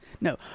No